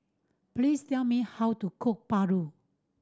please tell me how to cook paru